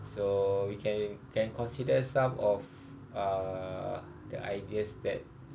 so we can can consider some of uh the ideas that